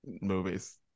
movies